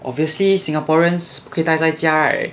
obviously singaporeans 可以呆在家 right